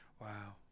Wow